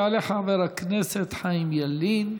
יעלה חבר הכנסת חיים ילין,